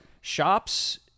shops